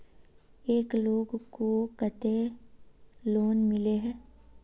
एक लोग को केते लोन मिले है?